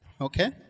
Okay